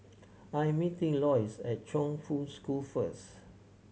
I am meeting Loyce at Chongfu School first